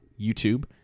YouTube